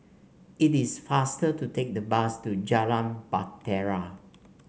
it is faster to take the bus to Jalan Bahtera